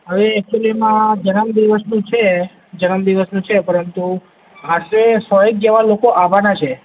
હવે ઍક્ચુઅલિમાં જન્મદિવસનું છે જન્મદિવસનું છે પરંતુ આજે સો એક જેટલાં લોકો આવવાનાં છે